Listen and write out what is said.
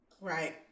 right